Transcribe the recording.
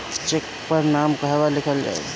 Check पर नाम कहवा लिखल जाइ?